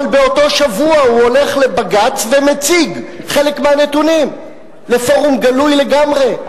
אבל באותו שבוע הוא הולך לבג"ץ ומציג חלק מהנתונים לפורום גלוי לגמרי.